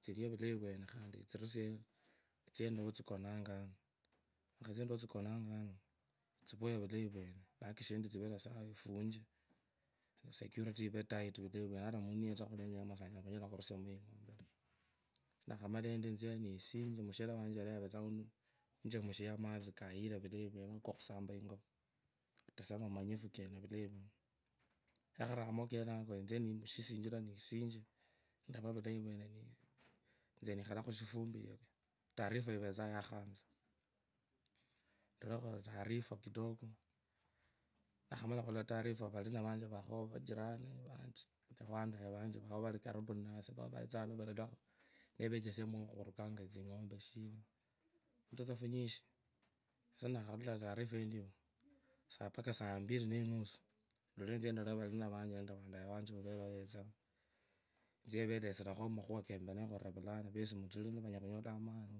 Tsilyee vulayi vwene, khandi tsirusiwe etse endee watsikonanga unui tsivoye vulayi vwene nakikishe endi tsivere sawa etunje security ive tight vulayi vwene ata omuntu niyenza khulecheromo, sanyala khurusiamo ing’ombe taa, ninakhama etsie nisinje mushere wanje tt avetsanga uchemushire amatsi vulayi vwene kukhusamba ingokho endesamo manyutu kene vulayi vwene, ninakharamo kenaku, etsie mushisichiro, endeve vulayi vwene ninakhamala netsia khwikhala khushifumbi taarifa ivetsanga yakanza endolekho taarifa kidogo ninakhamala varina vanje vajirani vatsanga nikhulakho, nevechesia iwakhurukanga tsingombe shina, fundu tsa funyishi ninakhalola taarifa mpaka saa mbili ne nusu etsie endole valinga vanje nende wandele wanje wuvereo, nevelezirakho, makhuva kekhorire vulano, vosi mutsuri vanyala khunyola amani,